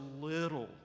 little